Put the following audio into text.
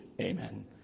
Amen